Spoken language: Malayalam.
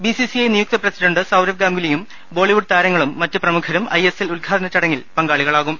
ബിസിസിഐ നിയുക്ത പ്രസിഡന്റ് സൌരവ് ഗാംഗുലിയും ബോളിവുഡ് താരങ്ങളും മറ്റ് പ്രമുഖരും ഐഎസ്എൽ ഉദ്ഘാടന ചടങ്ങിൽ പങ്കാളികളാവും